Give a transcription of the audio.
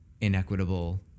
inequitable